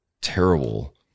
terrible